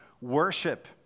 worship